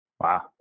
Wow